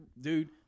dude